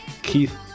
Keith